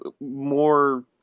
more